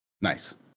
nice